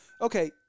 okay